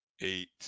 eight